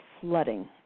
flooding